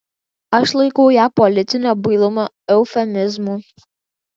aš laikau ją politinio bailumo eufemizmu